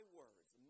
words